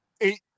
eight